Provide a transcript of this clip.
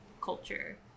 culture